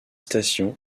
station